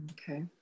okay